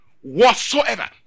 Whatsoever